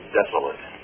desolate